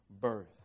birth